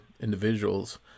individuals